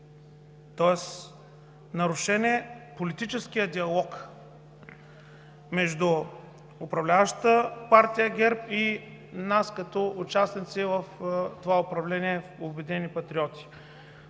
тоест нарушен е политическият диалог между управляващата партия ГЕРБ и нас, като участници в това управление – „Обединени патриоти“.